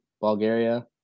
Bulgaria